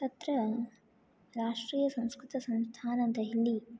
तत्र राष्ट्रीयसंस्कृतसंस्थानं देहली